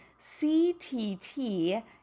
CTT